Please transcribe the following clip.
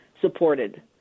supported